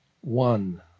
one